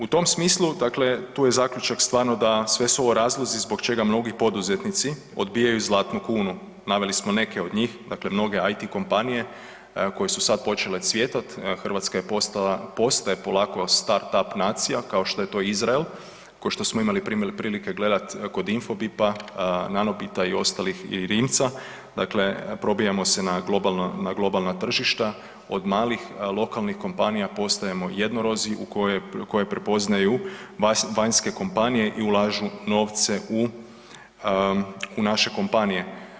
U tom smislu tu je zaključak stvarno da sve su ovo razlozi zbog čega mnogi poduzetnici odbijaju Zlatnu kunu, naveli smo neke od njih, dakle m noge IT kompanije koje su sada počele cvjetat, Hrvatska polako postaje start up nacija kao što je to Izrael, ko što smo imali prilike gledat kod Infobip-a, NANOBIT-a, i ostalih i Rimca dakle probijamo se na globalno tržišta od malih lokalnih kompanija postajemo jednorozi u koje prepoznaju vanjske kompanije i ulažu novce u naše kompanije.